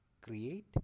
create